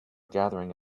gathering